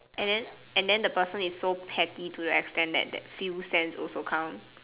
and then and then the person is so petty to the extent that those few cents also counts